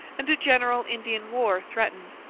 and a general indian war threatened,